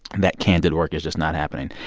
and that candid work is just not happening.